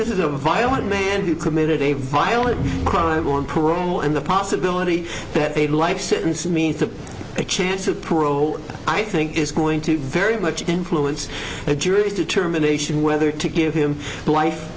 it is a violent man who committed a violent crime on parole and the possibility that they'd like sentence means have a chance of parole i think is going to very much influence the jury's determination whether to give him life